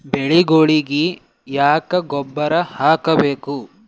ಬೆಳಿಗೊಳಿಗಿ ಯಾಕ ಗೊಬ್ಬರ ಹಾಕಬೇಕು?